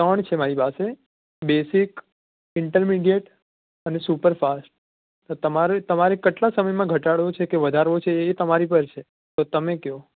ત્રણ છે મારી પાસે બેઝિક ઇન્ટરમીડિએટ અને સુપરફાસ્ટ તો તમારે તમારે કેટલાં સમયમાં ઘટાડવો છે કે વધારવો છે એ એ તમારી પર છે તો તમે કહો